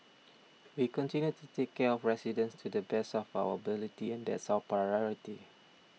we continue to take care of residents to the best of our ability and that's our priority